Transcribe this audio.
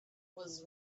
was